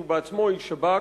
שהוא בעצמו איש שב"כ,